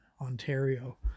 ontario